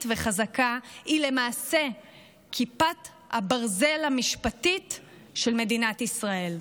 וחזקה היא למעשה כיפת הברזל המשפטית של מדינת ישראל.